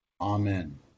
Amen